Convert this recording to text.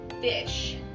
fish